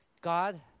God